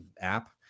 app